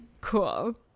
Cool